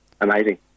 amazing